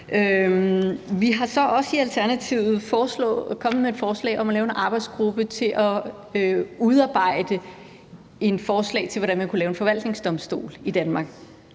Vi har så også i Alternativet kommet med et forslag om at lave en arbejdsgruppe til at udarbejde et forslag til, hvordan man kunne lave en forvaltningsdomstol i Danmark.